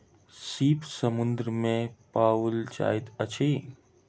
सीप समुद्र में पाओल जाइत अछि